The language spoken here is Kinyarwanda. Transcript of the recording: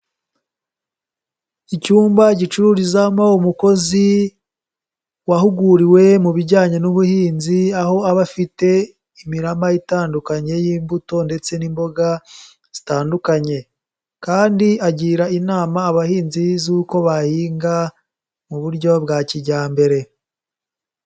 Icyumba gicururizamo umukozi wahuguriwe mu bijyanye n'ubuhinzi, aho aba afite imirama itandukanye y'imbuto ndetse n'imboga zitandukanye. Kandi agira inama abahinzi z'uko bahinga mu buryo bwa kijyambere.